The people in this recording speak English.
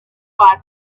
with